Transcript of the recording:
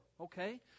okay